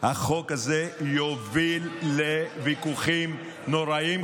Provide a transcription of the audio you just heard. החוק הזה יוביל לוויכוחים נוראים.